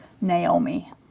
Naomi